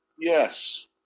Yes